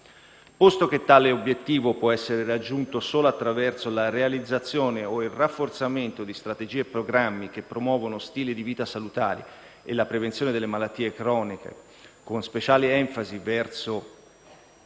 Posto che tale obiettivo può essere raggiunto solo attraverso la realizzazione o il rafforzamento di strategie e programmi che promuovono stili di vita salutari e la prevenzione delle malattie croniche, con speciale enfasi verso i